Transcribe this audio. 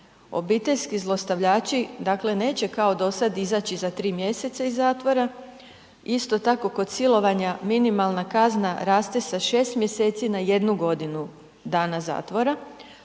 Obiteljski zlostavljači neće kao do sad izaći za 3 mj. iz zatvora, isto tako kod silovanja minimalna kazna raste sa 6 mj. na 1 g. dana zatvora